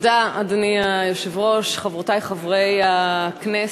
אדוני היושב-ראש, תודה, חברותי וחברי הכנסת,